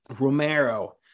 Romero